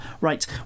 Right